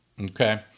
Okay